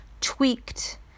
tweaked